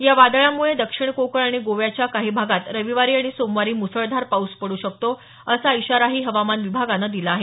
या वादळामुळे दक्षिण कोकण आणि गोव्याच्या काही भागात रविवारी आणि सोमवारी मुसळधार पाऊस पड्र शकतो असा इशारा हवामान विभागानं दिला आहे